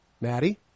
Maddie